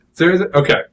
Okay